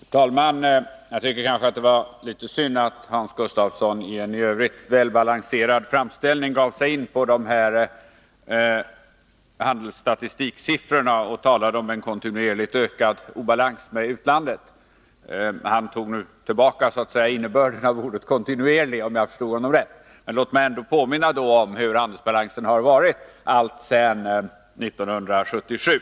Fru talman! Jag tycker att det var litet synd att Hans Gustafsson, i en i övrigt väl balanserad framställning, gav sig in på handelsstatistiksiffrorna och talade om en kontinuerligt ökad obalans med utlandet. Han tog nu tillbaka innebörden av ordet kontinuerlig, om jag förstod honom rätt, men låt mig ända påminna om hur handelsbalansen har varit alltsedan 1977.